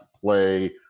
play